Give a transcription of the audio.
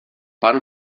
pán